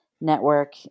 network